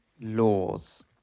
laws